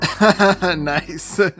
Nice